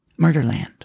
Murderland